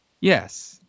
Yes